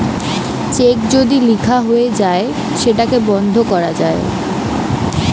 check যদি লিখা হয়ে যায় সেটাকে বন্ধ করা যায়